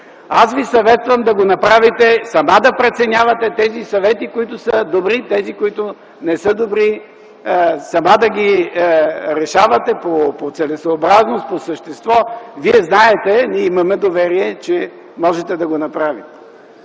Аз Ви съветвам сама да преценявате тези съвети, които са добри, а тези, които не са добри – сама да ги решавате по целесъобразност, по същество. Вие знаете. Ние имаме доверие, че можете да го направите.